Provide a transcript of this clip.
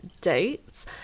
dates